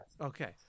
Okay